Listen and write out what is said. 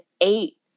eight